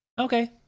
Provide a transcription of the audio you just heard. Okay